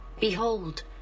Behold